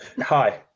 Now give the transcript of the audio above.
Hi